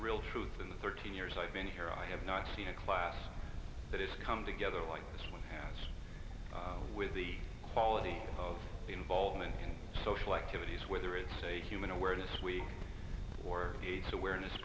real truth in the thirteen years i've been here i have not seen a class that has come together like this one has with the quality of the involvement in social activities whether it's a human awareness week or aids awareness